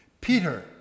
Peter